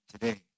today